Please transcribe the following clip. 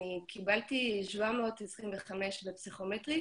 אני קיבלתי 725 בפסיכומטרי,